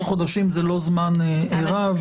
חודשים זה לא זמן רב.